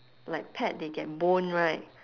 like pet they get bone right